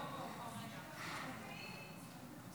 הוא פה, רגע.